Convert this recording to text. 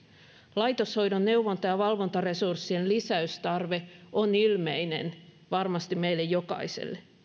laitoshoidon neuvonta ja valvontaresurssien lisäystarve on ilmeinen varmasti meille jokaiselle